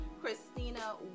Christina